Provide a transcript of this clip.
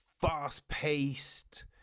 fast-paced